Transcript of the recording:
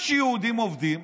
יש יהודים עובדים,